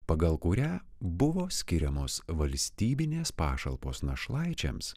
pagal kurią buvo skiriamos valstybinės pašalpos našlaičiams